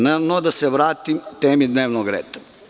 No, da se vratim temi dnevnog reda.